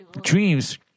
dreams